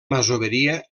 masoveria